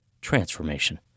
transformation